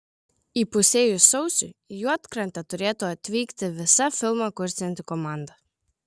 įpusėjus sausiui į juodkrantę turėtų atvykti visa filmą kursianti komanda